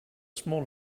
small